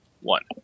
one